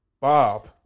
Bob